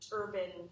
urban